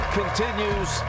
continues